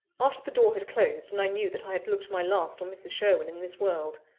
after the door had closed, and i knew that i had looked my last on mrs. sherwin in this world,